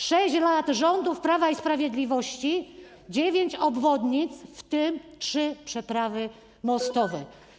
6 lat rządów Prawa i Sprawiedliwości - dziewięć obwodnic, w tym trzy przeprawy mostowe.